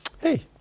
hey